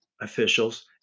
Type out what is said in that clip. officials